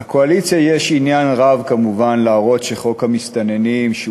לקואליציה יש עניין רב כמובן להראות שחוק המסתננים הוא